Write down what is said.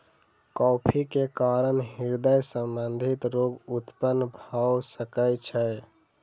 coffee के कारण हृदय संबंधी रोग उत्पन्न भअ सकै छै